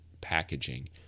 packaging